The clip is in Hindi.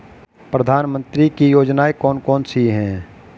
प्रधानमंत्री की योजनाएं कौन कौन सी हैं?